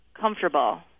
comfortable